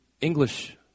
English